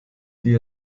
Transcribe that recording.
die